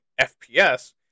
FPS